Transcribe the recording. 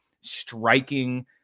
striking